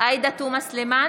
עאידה תומא סלימאן,